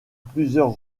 plusieurs